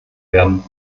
werden